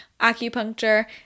acupuncture